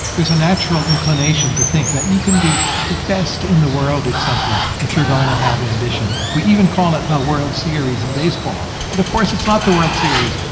there's a natural inclination to think that you can be the best in the world at something if you're going to have ambition. we even call it the world series in baseball, but, of course, it's not the world series.